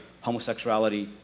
homosexuality